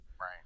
Right